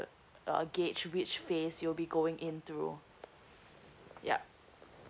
uh gauge which phase you'll be going into yup